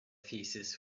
thesis